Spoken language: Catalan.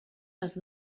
les